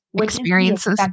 experiences